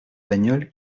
bagnole